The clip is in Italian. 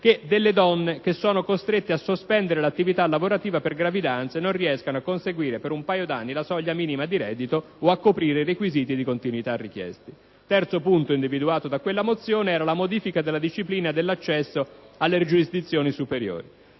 delle donne che sono costrette a sospendere l'attività lavorativa per gravidanza e non riescano a conseguire per un paio d'anni la soglia minima di reddito o a coprire i requisiti di continuità richiesti. 3. Modifica della disciplina dell'accesso alle giurisdizioni superiori: